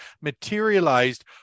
materialized